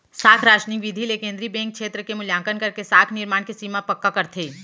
साख रासनिंग बिधि ले केंद्रीय बेंक छेत्र के मुल्याकंन करके साख निरमान के सीमा पक्का करथे